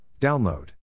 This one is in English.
Download